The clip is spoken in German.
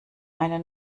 eine